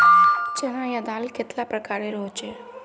चना या दाल कतेला प्रकारेर होचे?